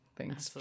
Thanks